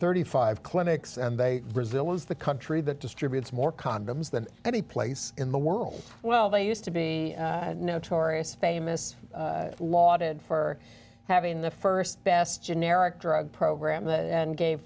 thirty five dollars clinics and they brazil is the country that distributes more condoms than any place in the world well they used to be notorious famous lauded for having the st best generic drug program and gave